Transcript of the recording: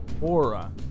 Aura